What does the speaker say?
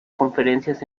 conferencias